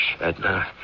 Edna